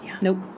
Nope